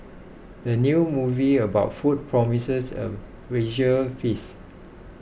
the new movie about food promises a visual feast